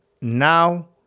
Now